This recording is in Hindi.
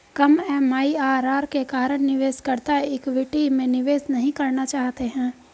कम एम.आई.आर.आर के कारण निवेशकर्ता इक्विटी में निवेश नहीं करना चाहते हैं